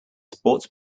sports